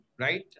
right